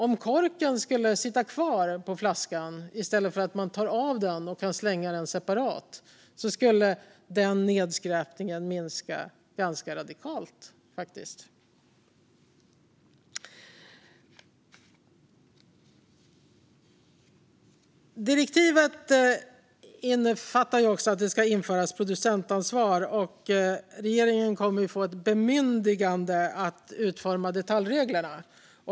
Om korken skulle sitta kvar på flaskan i stället för att man kan ta av den och slänga den separat skulle den nedskräpningen minska ganska radikalt. Direktivet innefattar också att det ska införas producentansvar, och regeringen kommer att få ett bemyndigande att utforma detaljreglerna.